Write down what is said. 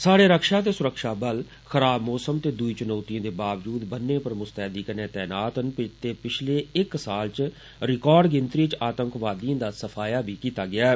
स्हाड़े रक्षा ते सुरक्षा बल खराब मौसम ते दुई चुनौतिएं दे बावजुद बन्ने पर मुस्तेदी कन्नै तैनात न ते पिच्छले इक साल च रिकार्ड गिनतरी च आतंवादिएं दा सफाया बी कीत्ता ऐ